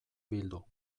bildu